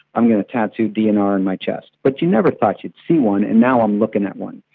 i'm going to tattoo dnr on my chest. but you never thought you'd see one, and now i'm looking at one.